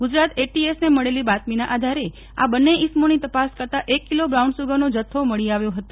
ગુજરાત એટીએસને મળેલી બાતમીના આધારે આ બંને ઇસમોની તપાસ કરતાં એક કિલો બ્રાઉન સુગરનો જથ્થો મળી આવ્યો હતો